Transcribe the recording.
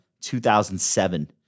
2007